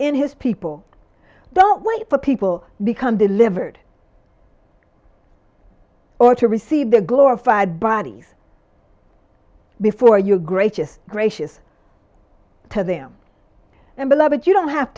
in his people don't wait for people become delivered or to receive the glorified bodies before your gracious gracious to them and beloved you don't have